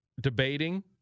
debating